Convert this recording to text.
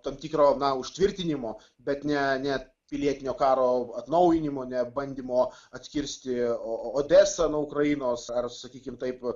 tam tikro na užtvirtinimo bet ne ne pilietinio karo atnaujinimo ne bandymo atkirsti odesą nuo ukrainos ar sakykim taip